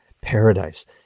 paradise